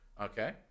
Okay